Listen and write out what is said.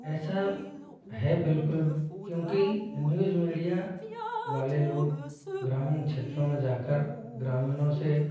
ऐसा है बिल्कुल क्योंकि न्यूज़ मीडिया वाले लोग ग्रामीण क्षेत्रों में जाकर ग्रामीणों से